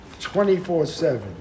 24/7